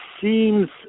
seems